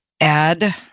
add